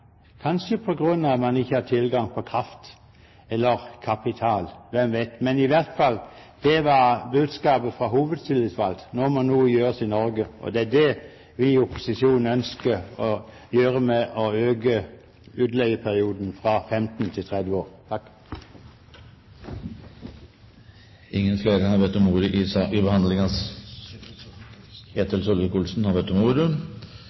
kanskje på grunn av at man ikke har tilgang på kraft eller kapital – hvem vet? Men i hvert fall var det budskapet fra hovedtillitsvalgt: Nå måtte noe gjøres i Norge. Det er det vi i opposisjonen ønsker å gjøre ved å øke utleieperioden for kraftverk fra 15 til 30 år. Litt oppfølging til replikkordskiftet, fordi ideologi er viktig å ha i bånn for politikken. Men Fremskrittspartiet er også opptatt av